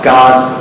God's